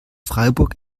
freiburg